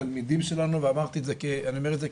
התלמידים שלנו ואני אומר את זה,